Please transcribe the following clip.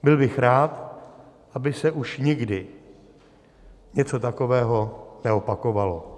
Byl bych rád, aby se už nikdy něco takového neopakovalo.